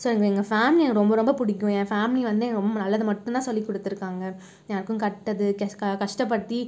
so இவங்க எங்கள் ஃபேமிலியை எனக்கு ரொம்ப ரொம்ப பிடிக்கும் என் ஃபேமிலி வந்து ரொம்ப நல்லது மட்டும் தான் சொல்லிக் கொடுத்திருக்காங்க யாருக்கும் கெட்டது கஷ்டப்படுத்தி